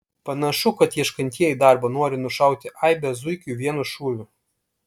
panašu kad ieškantieji darbo nori nušauti aibę zuikių vienu šūviu